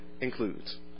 includes